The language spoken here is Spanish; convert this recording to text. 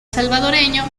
salvadoreño